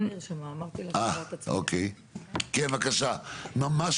כן, בבקשה, ממש